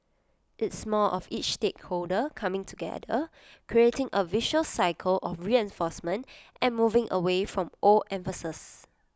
it's more of each stakeholder coming together creating A virtuous cycle of reinforcement and moving away from old emphases